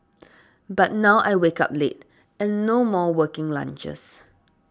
but now I wake up late and no more working lunches